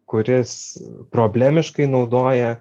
kuris problemiškai naudoja